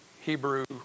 Hebrew